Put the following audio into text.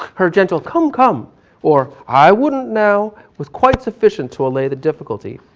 her gentle come come or i wouldn't now, was quite sufficient to allay the difficulty.